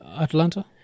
Atlanta